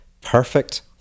perfect